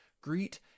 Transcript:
greet